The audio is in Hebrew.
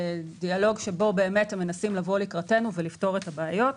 שבו הם באמת מנסים לבוא לקראתנו ולפתור את הבעיות.